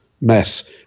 mess